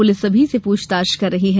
police सभी से प्रछताछ कर रही है